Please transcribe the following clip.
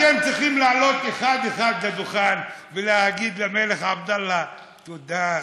אתם צריכים לעלות אחד-אחד לדוכן ולהגיד למלך עבדאללה: תודה,